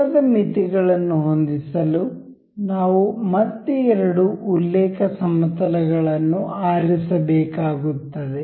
ಕೋನದ ಮಿತಿಗಳನ್ನು ಹೊಂದಿಸಲು ನಾವು ಮತ್ತೆ ಎರಡು ಉಲ್ಲೇಖ ಸಮತಲಗಳನ್ನು ಆರಿಸಬೇಕಾಗುತ್ತದೆ